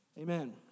Amen